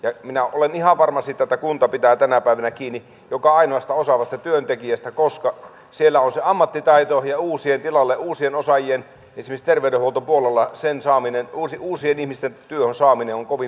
ja minä olen ihan varma siitä että kunta pitää tänä päivänä kiinni joka ainoasta osaavasta työntekijästä koska siellä on se ammattitaito ja tilalle uusien osaajien uusien ihmisten esimerkiksi terveydenhuoltopuolella työhön saaminen on kovin vaikeaa